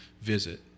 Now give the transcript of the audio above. visit